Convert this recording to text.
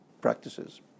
practices